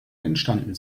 entstanden